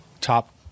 top